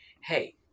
hey